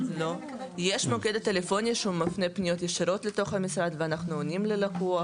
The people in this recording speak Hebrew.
יש מוקד טלפוני שהוא מפנה פניות ישירות לתוך המשרד ואנחנו עונים ללקוח.